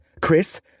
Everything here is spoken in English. Chris